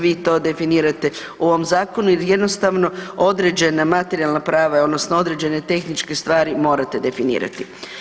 Vi to definirate u ovom Zakonu, jer jednostavno određena materijalna prava odnosno određene stvari morate definirati.